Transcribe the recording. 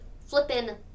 flippin